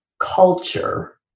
culture